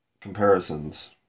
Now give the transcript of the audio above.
comparisons